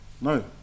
No